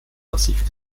massiv